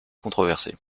controversée